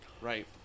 right